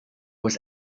was